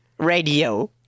Radio